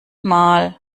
mal